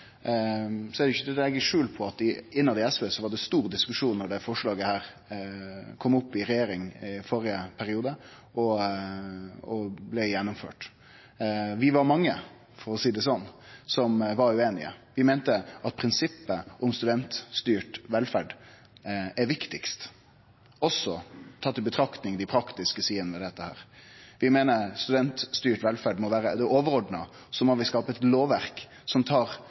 så er det ikkje til å leggje skjul på at det i SV var stor diskusjon da dette forslaget kom opp i regjering i førre periode og blei gjennomført. Vi var mange, for å seie det sånn, som var ueinige, vi meinte at prinsippet om studentstyrt velferd er viktigast, også tatt i betraktning dei praktiske sidene ved dette. Vi meiner studentstyrt velferd må vere det overordna, og så må vi skape eit lovverk som tar